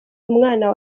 umwana